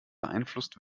beeinflusst